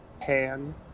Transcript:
pan